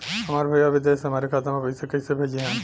हमार भईया विदेश से हमारे खाता में पैसा कैसे भेजिह्न्न?